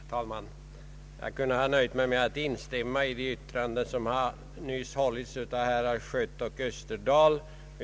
Herr talman! Jag hade kunnat nöja mig med att instämma i de anföranden som nyss har hållits av herrar Schött och Österdahl.